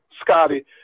Scotty